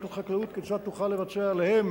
רק לחקלאות: כיצד תוכל לבצע עליהם